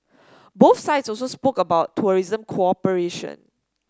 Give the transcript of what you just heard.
both sides also spoke about tourism cooperation